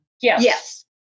Yes